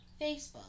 facebook